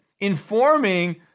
informing